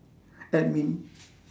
admin